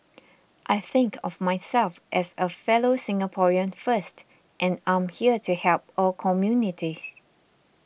I think of myself as a fellow Singaporean first and I'm here to help all communities